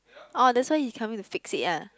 orh that's why you come in to fix it ah